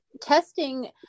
Testing